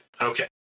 Okay